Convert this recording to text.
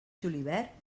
julivert